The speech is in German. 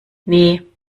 nee